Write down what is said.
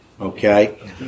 okay